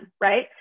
right